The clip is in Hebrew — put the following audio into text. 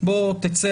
תצא